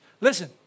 Listen